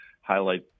highlight